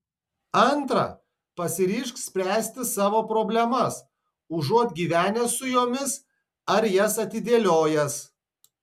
antra pasiryžk spręsti savo problemas užuot gyvenęs su jomis ar jas atidėliojęs